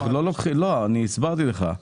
הסברתי לך.